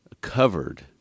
covered